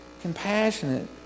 compassionate